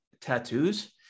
tattoos